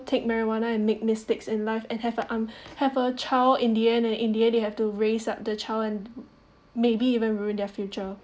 take marijuana and make mistakes in life and have a have a child in the end in the end they have to raise up the child and m~ maybe even ruined their future